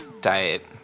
diet